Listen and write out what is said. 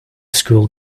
school